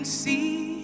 see